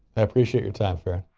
i appreciate your time farron.